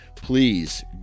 Please